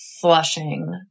flushing